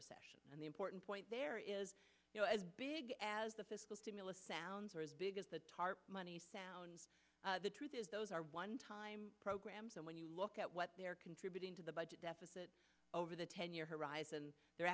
recession and the important point there is you know as big as the fiscal stimulus sounds or as big as the tarp money sounds the truth is those are onetime programs and when you look at what they're contributing to the budget deficit over the ten year horizon they're